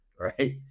Right